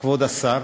כבוד השר.